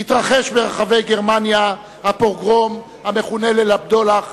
התרחש ברחבי גרמניה הפוגרום המכונה "ליל הבדולח",